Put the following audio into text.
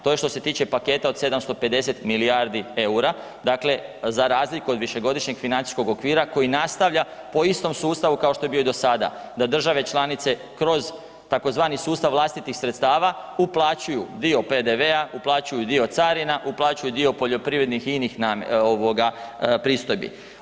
To je što se tiče paketa od 750 milijardi EUR-a, dakle, za razliku od višegodišnjeg financijskog okvira koji nastavlja po istom sustavu kao što je bio i do sada da države članice kroz tzv. sustav vlastitih sredstava uplaćuju dio PDV-a, uplaćuju dio carina, uplaćuju dio poljoprivrednih i inih ovoga pristojbi.